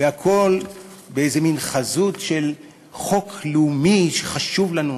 והכול באיזה מין חזות של חוק לאומי שחשוב לנו.